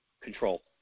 control